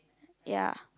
ya